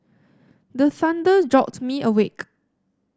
the thunder jolt me awake